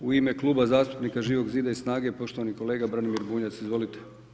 U ime Kluba zastupnika Živog zida i SNAGA-e, poštovani kolega Branimir Bunjac, izvolite.